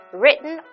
written